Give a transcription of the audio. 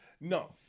No